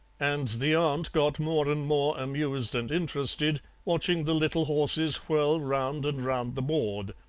and the aunt got more and more amused and interested watching the little horses whirl round and round the board.